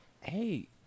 Hey